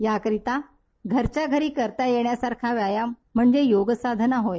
याकरिता घरच्याघरी करता येण्यासारखा व्यायाम म्हणजे योगसाधना होय